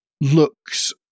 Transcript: looks